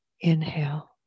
inhale